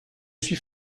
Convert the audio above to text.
suis